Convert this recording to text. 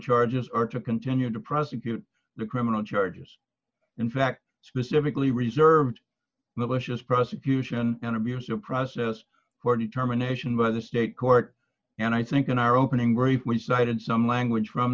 charges or to continue to prosecute the criminal charges in fact specifically reserved malicious prosecution and abuse of process for determination by the state court and i think in our opening brief we cited some language from